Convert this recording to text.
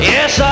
Yes